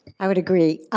i would agree.